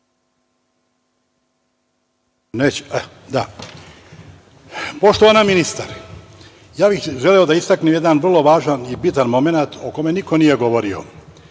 Poštovana ministar, ja bih želeo da istaknem jedan vrlo važan i bitan momenat o kome niko nije govorio.